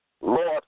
Lord